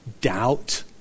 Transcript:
doubt